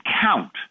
count